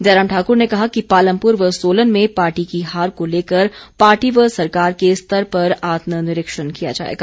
जयराम ठाक्र ने कहा कि पालमपुर व सोलन में पार्टी की हार को लेकर पार्टी व सरकार के स्तर पर आत्म निरीक्षण किया जाएगा